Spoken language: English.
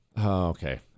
Okay